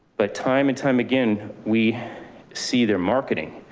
but time and time again, we see their marketing.